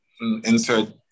insert